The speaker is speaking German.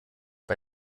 bei